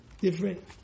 different